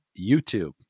YouTube